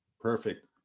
perfect